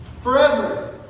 forever